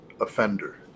offender